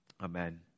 Amen